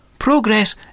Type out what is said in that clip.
Progress